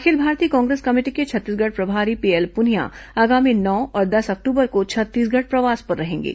अखिल भारतीय कांग्रेस कमेटी के छत्तीसगढ़ प्रभारी पीएल पुनिया आगामी नौ और दस अक्टूबर को छत्तीसगढ़ प्रवास पर रहेंगे